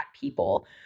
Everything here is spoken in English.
people